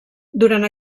durant